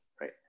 right